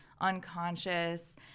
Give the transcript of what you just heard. unconscious